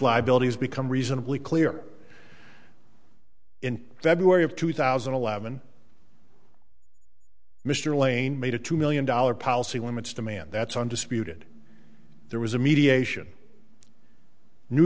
liabilities become reasonably clear in february of two thousand and eleven mr lane made a two million dollar policy when it's demand that's undisputed there was a mediation new